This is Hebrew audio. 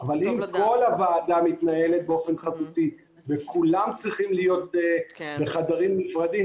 אבל אם כל הוועדה מתנהלת באופן חזותי וכולם צריכים להיות בחדרים נפרדים,